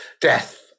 death